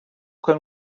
can